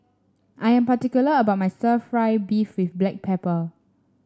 I am particular about my stir fry beef with Black Pepper